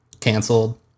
canceled